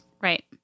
Right